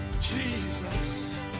Jesus